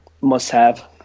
must-have